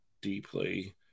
deeply